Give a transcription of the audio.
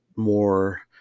more